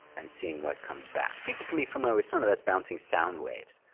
and seeing what comes back. people can be familiar with sonar, that's bouncing sound waves.